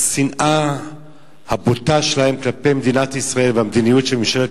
השנאה הבוטה שלהם כלפי מדינת ישראל והמדיניות של ממשלת